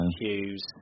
Hughes